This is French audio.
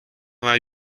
vingt